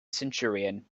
centurion